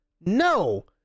No